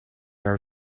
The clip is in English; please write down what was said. are